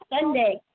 Sunday